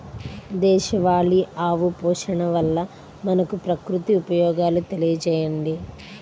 దేశవాళీ ఆవు పోషణ వల్ల మనకు, ప్రకృతికి ఉపయోగాలు తెలియచేయండి?